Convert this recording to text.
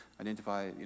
identify